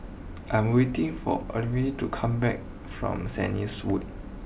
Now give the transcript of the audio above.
I'm waiting for Ophelia to come back from Saint Anne's wood